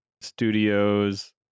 Studios